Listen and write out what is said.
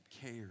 cares